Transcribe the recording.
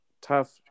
tough